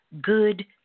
good